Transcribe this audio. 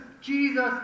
Jesus